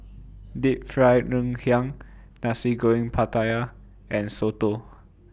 Deep Fried Ngoh Hiang Nasi Goreng Pattaya and Soto